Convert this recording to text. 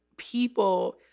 people